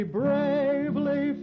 bravely